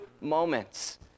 moments